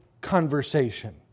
conversation